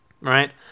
right